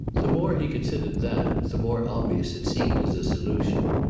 the more he considered that the more obvious it seemed as a solution,